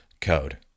code